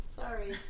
sorry